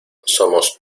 somos